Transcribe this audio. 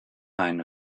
ein